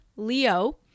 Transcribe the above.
Leo